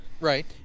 Right